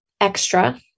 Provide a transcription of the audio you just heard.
extra